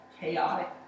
chaotic